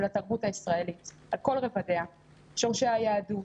התרבות הישראלית על כל רבדיה: שורשי היהדות,